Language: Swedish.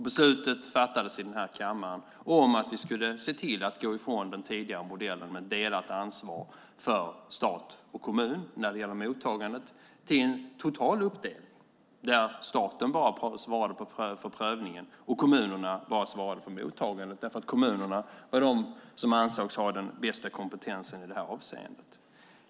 Beslutet fattades i den här kammaren om att vi skulle gå ifrån den tidigare modellen med delat ansvar mellan stat och kommun när det gäller mottagandet till en total uppdelning där staten bara svarade för prövningen och kommunerna bara svarade för mottagandet, eftersom kommunerna var de som ansågs ha den bästa kompetensen i det avseendet.